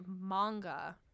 manga